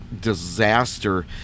disaster